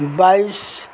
बाइस